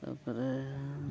ᱛᱟᱨᱯᱚᱨᱮ